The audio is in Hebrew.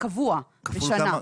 קבוע בשנה.